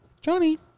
Johnny